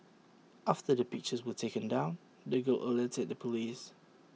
after the pictures were taken down the girl alerted the Police